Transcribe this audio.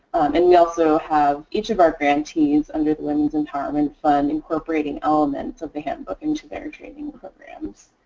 and we also have each of our grantees under the women's empowerment fund incorporating elements of the handbook into their training programs.